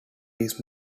his